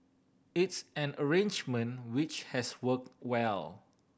it's an arrangement which has worked well